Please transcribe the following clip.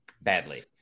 badly